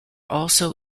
also